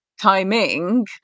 Timing